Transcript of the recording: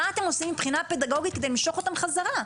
מה אתם עושים מבחינה פדגוגית כדי למשוך אותם חזרה?